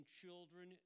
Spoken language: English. children